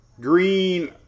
green